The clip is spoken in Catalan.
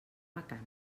vacant